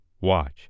watch